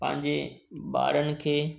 पंहिंजे ॿारनि खे